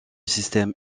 système